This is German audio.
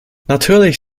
natürlich